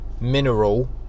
mineral